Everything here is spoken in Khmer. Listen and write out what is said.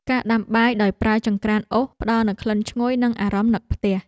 ការដាំបាយដោយប្រើចង្ក្រានអុស ផ្តល់នូវក្លិនឈ្ងុយ និងអារម្មណ៍នឹកផ្ទះ។